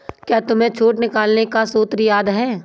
क्या तुम्हें छूट निकालने का सूत्र याद है?